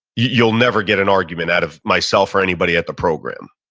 you'll never get an argument out of myself or anybody at the program.